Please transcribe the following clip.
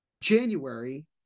January